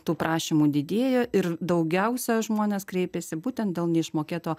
tų prašymų didėja ir daugiausia žmonės kreipiasi būtent dėl neišmokėto